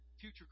future